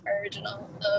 original